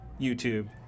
YouTube